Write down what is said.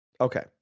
okay